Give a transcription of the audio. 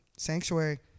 sanctuary